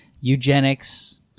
eugenics